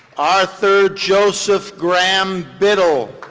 arthur joseph graham bittle.